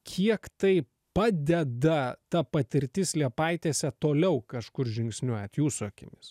kiek tai padeda ta patirtis liepaitėse toliau kažkur žingsniuojat jūsų akimis